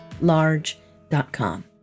large.com